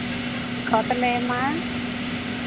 ᱠᱷᱚᱛ ᱞᱮ ᱮᱢᱟᱜᱼᱟ